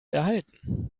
erhalten